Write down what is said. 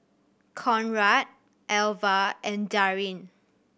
Conrad Alva and Darrin